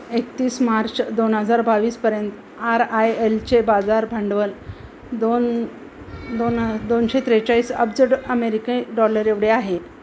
एकतीस मार्च दोन हजार बावीसपर्यंत आर आय एलचे बाजार भांडवल दोन दोन ह दोनशे त्रेचाळीस अब्ज डॉ अमेरिके डॉलर एवढे आहे